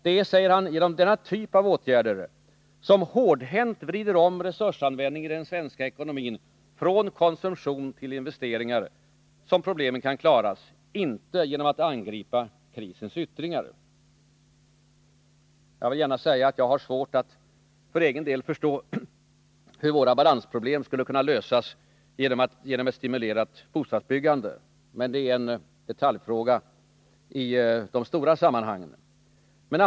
”Det är”, säger han, ”genom denna typ av åtgärder — som hårdhänt vrider om resursanvändningen i den svenska ekonomin från konsumtion till investeringar — som problemen kan klaras, inte genom att angripa krisens yttringar.” Jag vill gärna säga att jag för egen del har svårt att förstå hur våra balansproblem skulle kunna lösas genom ett stimulerat bostadsbyggande. Men det är en detaljfråga i de stora sammanhangen.